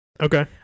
Okay